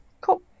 Cool